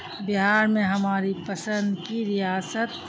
بہار میں ہماری پسند کی ریاست